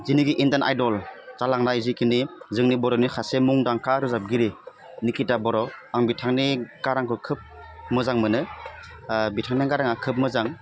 जिनिखि Indian idol जालांनाय जिखिनि जोंनि बर'नि सासे मुंदांखा रोजाबगिरि निखिता बर' आं बिथांनि गारांखौ खोब मोजां मोनो बिथांनि गाराङा खोब मोजां